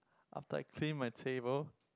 after I clean my table